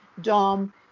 Dom